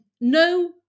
no